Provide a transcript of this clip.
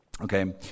Okay